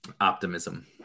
Optimism